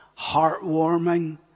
heartwarming